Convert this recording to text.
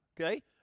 okay